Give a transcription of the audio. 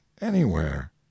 anywhere